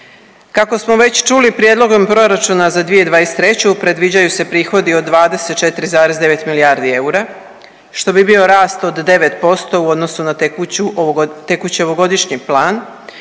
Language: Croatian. Kako smo već čuli prijedlogom proračuna za 2023. predviđaju se prihodi od 24,9 milijardi eura što bi bio rast od 9% u odnosu na tekuću, tekući ovogodišnji plan